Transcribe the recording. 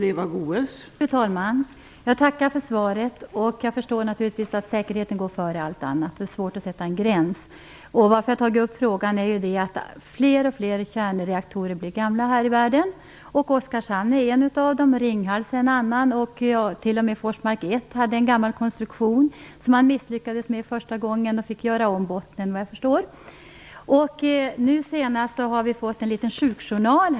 Fru talman! Jag tackar för svaret. Jag förstår naturligtvis att säkerheten går före allt annat. Det är svårt att sätta en gräns. Anledningen till att jag har tagit upp frågan är att allt fler kärnreaktorer blir gamla här i världen. Oskarshamn är en av dem. Ringhals är en annan. T.o.m. Forsmark 1 hade en gammal konstruktion. Man misslyckades första gången och fick, såvitt jag förstår, göra om botten. Jag har här en liten sjukjournal.